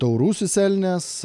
taurusis elnias